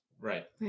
Right